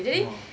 !wah!